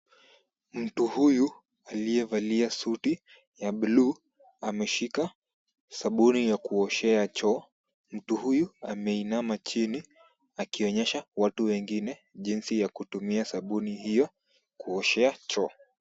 Mtu huyu aliyevalia suti ya buluu ameshika sabuni ya kuoshea choo. Mtu huyu ameinama chini, akionyesha watu wengine jinsi ya kutumia sabuni hiyo kuoshea choo.